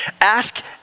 Ask